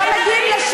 למה את מקשרת ביניהם?